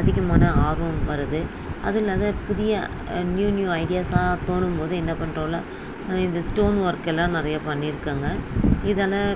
அதிகமான ஆர்வம் வருது அதுலேர்ந்து புதிய நியூ நியூ ஐடியாஸாக தோணும்போது என்ன பண்ணுறோல்ல இந்த ஸ்டோன் ஓர்க்கெல்லாம் நிறைய பண்ணிருக்காங்க இதனால